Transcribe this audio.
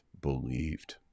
believed